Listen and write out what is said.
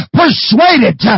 persuaded